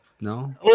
No